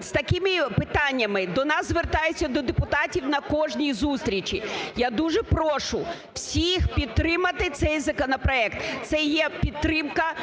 з такими питаннями до звертаються до депутатів на кожній зустрічі. Я дуже прошу всіх підтримати цей законопроект. Це є підтримка